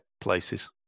places